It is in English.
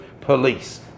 POLICE